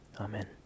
Amen